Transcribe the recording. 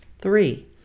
Three